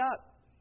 up